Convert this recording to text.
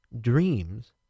dreams